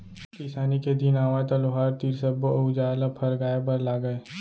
किसानी के दिन आवय त लोहार तीर सब्बो अउजार ल फरगाय बर लागय